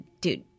dude